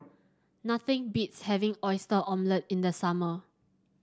nothing beats having Oyster Omelette in the summer